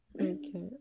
Okay